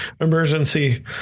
emergency